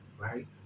right